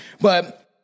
but-